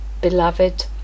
beloved